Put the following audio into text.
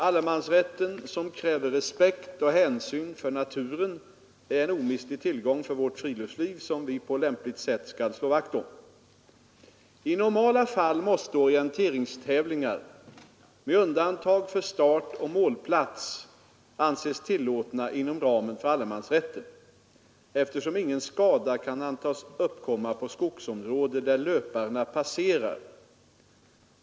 Allemansrätten som kräver respekt och hänsyn för naturen är en omistlig tillgång för vårt friluftsliv, som vi på lämpligt sätt skall slå vakt om. I normala fall måste orienteringstävlingar — med undantag för startoch målplats — anses tillåtna inom ramen för allemansrätten, eftersom ingen skada kan antas uppkomma på skogsområde där löparna passerar.